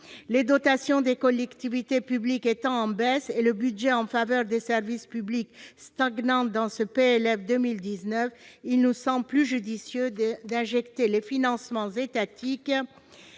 Les dotations des collectivités publiques étant en baisse et le budget en faveur des services publics stagnant dans ce projet de loi de finances pour 2019, il nous semble plus judicieux d'injecter les financements étatiques